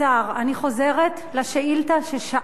אני חוזרת לשאילתא ששאלתי,